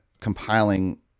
compiling